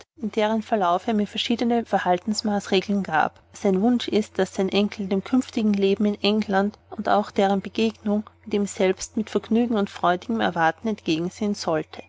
in deren verlauf er mir verschiedene verhaltungsmaßregeln gab sein wunsch ist daß sein enkel dem künftigen leben in england und auch der begegnung mit ihm selbst mit vergnügen und freudigen erwartungen entgegensehen solle